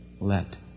let